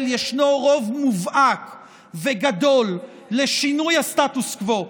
ישנו רוב מובהק וגדול לשינוי הסטטוס קוו,